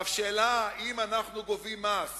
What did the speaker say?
השאלה אם אנחנו גובים מס